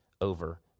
over